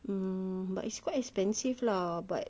mm but it's quite expensive lah but